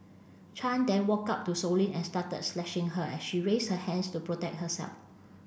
chan then walked up to Sow Lin and started slashing her as she raised her hands to protect herself